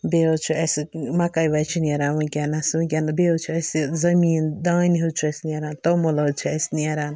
بیٚیہِ حظ چھِ اَسہِ مَکایہِ وچہِ نیران وٕنکٮ۪نَس بیٚیہِ حظ چھُ اسہِ زٔمیٖن دانہِ حظ چھُ اسہِ نیران تومُل حظ چھُ اسہِ نیران